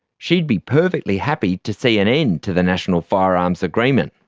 she'd be perfectly happy to see an end to the national firearms agreement.